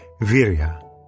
virya